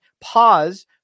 pause